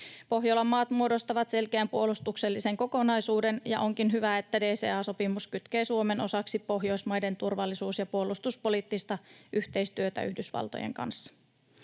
Pohjolan maat muodostavat selkeän puolustuksellisen kokonaisuuden, ja onkin hyvä, että DCA-sopimus kytkee Suomen osaksi Pohjoismaiden turvallisuus- ja puolustuspoliittista yhteistyötä Yhdysvaltojen kanssa.